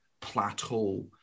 plateau